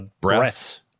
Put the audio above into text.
breaths